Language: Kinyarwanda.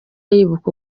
yibuka